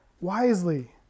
wisely